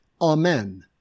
Amen